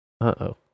Uh-oh